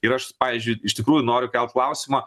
ir aš pavyzdžiui iš tikrųjų noriu kelt klausimą